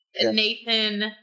Nathan